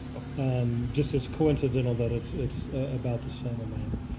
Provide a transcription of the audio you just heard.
um just is coincidental that it's it's about the same amount.